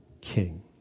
king